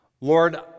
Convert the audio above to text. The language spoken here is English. Lord